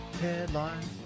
Headlines